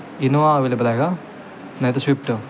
Innova available आहे का नाही तर स्विफ्ट